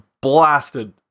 blasted